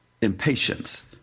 impatience